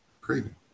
Craving